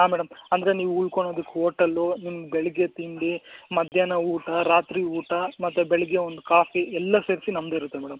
ಹಾಂ ಮೇಡಮ್ ಅಂದರೆ ನೀವು ಉಳ್ಕೊಳೋದಕ್ ಹೋಟಲ್ಲು ನಿಮ್ಮ ಬೆಳಗ್ಗೆ ತಿಂಡಿ ಮಧ್ಯಾಹ್ನ ಊಟ ರಾತ್ರಿ ಊಟ ಮತ್ತು ಬೆಳಗ್ಗೆ ಒಂದು ಕಾಫಿ ಎಲ್ಲ ಸೇರಿಸಿ ನಮ್ಮದೇ ಇರುತ್ತೆ ಮೇಡಮ್